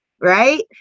right